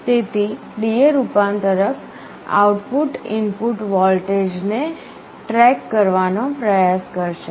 તેથી DA રૂપાંતરક output input વોલ્ટેજને ટ્રેક કરવાનો પ્રયાસ કરશે